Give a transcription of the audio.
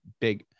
big